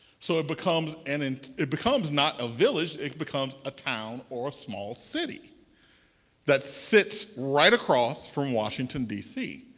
so it becomes and and it becomes not a village, it becomes a town or a small city that sits right across from washington dc.